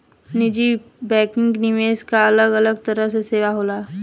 निजी बैंकिंग, निवेश आ अलग अलग तरह के सेवा होला